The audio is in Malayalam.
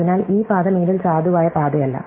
അതിനാൽ ഈ പാത മേലിൽ സാധുവായ പാതയല്ല